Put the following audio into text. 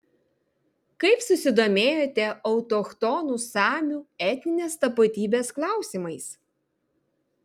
kaip susidomėjote autochtonų samių etninės tapatybės klausimais